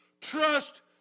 Trust